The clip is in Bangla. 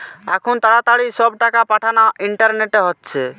আখুন তাড়াতাড়ি সব টাকা পাঠানা ইন্টারনেটে হচ্ছে